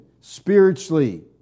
spiritually